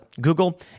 Google